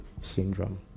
syndrome